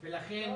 25%,